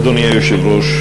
אדוני היושב-ראש,